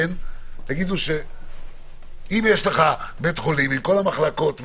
אם יש לך בית חולים עם כל המחלקות,